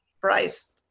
price